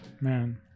Man